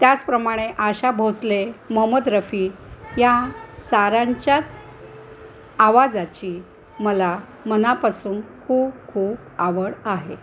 त्याचप्रमाणे आशा भोसले मोहमद रफी या सारांच्याच आवाजाची मला मनापासून खूप खूप आवड आहे